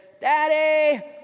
Daddy